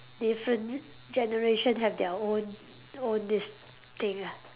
different g~ generation have their own own this thing lah